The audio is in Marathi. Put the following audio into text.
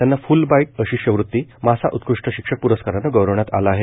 त्यांना फ्ल ब्राइट शिष्यवृत्ती मासा उत्कृष्ट शिक्षक प्रस्कारने गौरवण्यात आले आहे